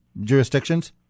jurisdictions